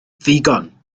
ddigon